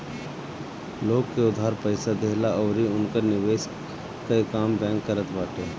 लोग के उधार पईसा देहला अउरी उनकर निवेश कअ काम बैंक करत बाटे